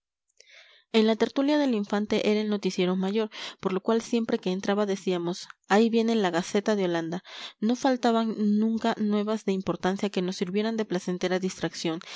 en la tertulia del infante era el noticiero mayor por lo cual siempre que entraba decíamos ahí viene la gaceta de holanda no faltaban nunca nuevas de importancia que nos sirvieran de placentera distracción